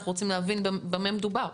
אנחנו רוצים במה מדובר.